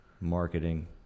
marketing